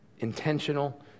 intentional